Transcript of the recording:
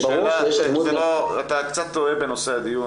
זה ברור שיש אלימות --- אתה קצת טועה בנושא הדיון,